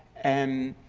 and